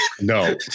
No